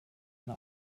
eine